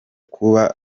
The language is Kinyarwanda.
kuba